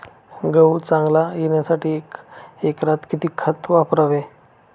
गहू चांगला येण्यासाठी एका एकरात किती खत वापरावे?